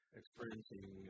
experiencing